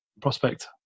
prospect